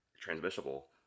transmissible